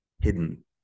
hidden